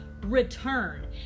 return